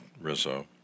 Rizzo